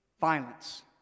violence